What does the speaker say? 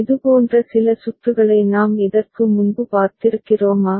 இதுபோன்ற சில சுற்றுகளை நாம் இதற்கு முன்பு பார்த்திருக்கிறோமா